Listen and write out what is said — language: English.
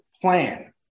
plan